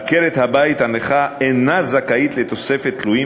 3. עקרת-הבית הנכה אינה זכאית לתוספת תלויים